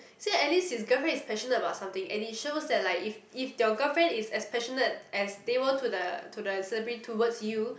so at least his girlfriend is passionate about something and it shows that like if if your girlfriend is as passionate as they were to the to the celebrity towards you